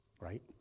Right